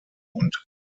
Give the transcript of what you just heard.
und